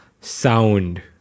Sound